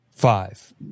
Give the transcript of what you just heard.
Five